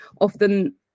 often